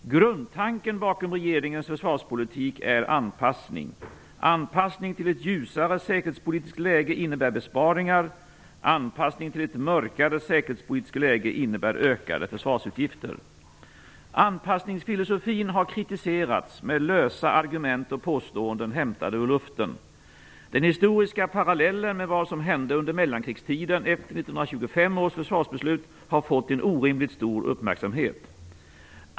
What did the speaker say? Grundtanken bakom regeringens försvarspolitik är anpassning. Anpassning till ett ljusare säkerhetspolitiskt läge innebär besparingar. Anpassning till ett mörkare säkerhetspolitiskt läge innebär ökade försvarsutgifter. Anpassningsfilosofin har kritiserats med lösa argument och påståenden hämtade ur luften. Den historiska parallellen, att jämföra med vad som hände under mellankrigstiden efter 1925 års försvarsbeslut, har fått en orimligt stor uppmärksamhet.